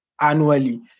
annually